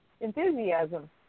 enthusiasm